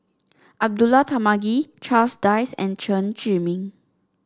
Abdullah Tarmugi Charles Dyce and Chen Zhiming